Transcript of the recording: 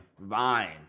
Vine